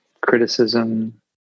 criticism